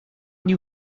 new